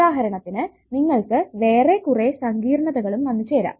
ഉദാഹരണത്തിന് നിങ്ങൾക്ക് വേറെ കുറെ സങ്കീർണതകളും വന്നു ചേരാം